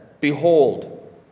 Behold